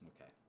Okay